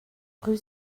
rue